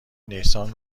نیسان